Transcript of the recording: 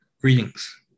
Greetings